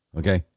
okay